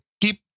keep